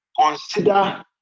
Consider